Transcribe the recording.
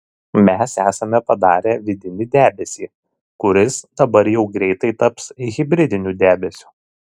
mes esame padarę vidinį debesį kuris dabar jau greitai taps hibridiniu debesiu